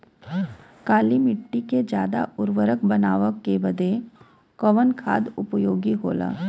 काली माटी के ज्यादा उर्वरक बनावे के बदे कवन खाद उपयोगी होला?